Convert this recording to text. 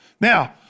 Now